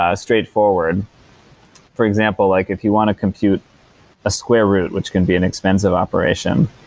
ah straightforward for example, like if you want to compute a square root, which can be an expensive operation,